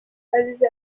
azize